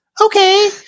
Okay